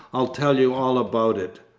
i'll tell you all about it.